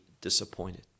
disappointed